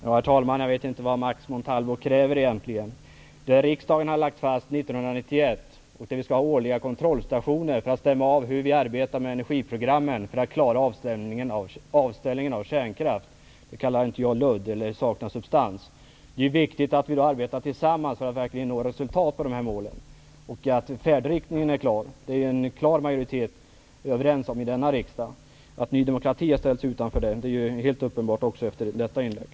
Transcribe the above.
Herr talman! Jag vet inte vad det är som Max Montalvo egentligen kräver. Det riksdagen lade fast 1991 och detta med att vi skall ha årliga kontrollstationer för att stämma av hur vi arbetar med energiprogrammen för att klara avställningen av kärnkraften kallar jag inte ludd. Inte heller säger jag att det saknar substans. Det är viktigt att vi arbetar tillsammans för att verkligen nå resultat när det gäller de här målen. Att färdriktningen är klar är en tydlig majoritet i denna riksdag överens om. Vidare är det helt uppenbart efter det senaste inlägget att Ny demokrati har ställt sig utanför här.